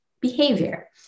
behavior